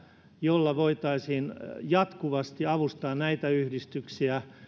jolla voitaisiin jatkuvasti avustaa näitä yhdistyksiä